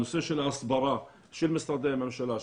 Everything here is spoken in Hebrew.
הנושא של ההסברה של משרדי הממשלה,